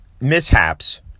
mishaps